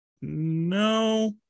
No